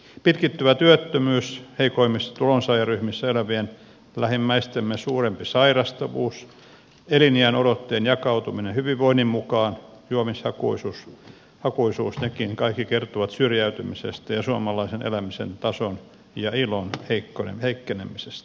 pitkittyvä työttömyys heikoimmissa tulonsaajaryhmissä elävien lähimmäistemme suurempi sairastavuus eliniänodotteen jakautuminen hyvinvoinnin mukaan juomishakuisuus nekin kaikki kertovat syrjäytymisestä ja suomalaisen elämisen tason ja ilon heikkenemisestä